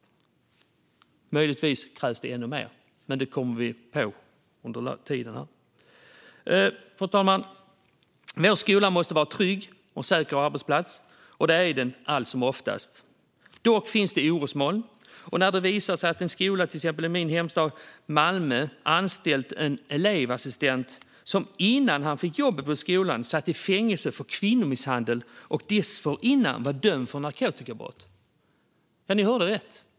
Möjligtvis krävs det ännu mer, men det kommer vi på under tiden. Fru talman! Vår skola måste vara en trygg och säker arbetsplats, och det är den allt som oftast. Dock finns det orosmoln, till exempel när det visade sig att en skola i min hemstad Malmö anställt en elevassistent som innan han fick jobbet på skolan satt i fängelse för kvinnomisshandel och dessförinnan var dömd för narkotikabrott. Ni hörde rätt.